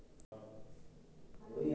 मोर नया लैपटॉप उन्नीस हजार रूपयार छिके